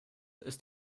ist